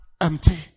empty